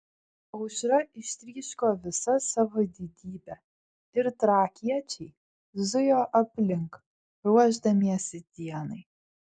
aušra ištryško visa savo didybe ir trakiečiai zujo aplink ruošdamiesi dienai